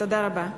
תודה רבה.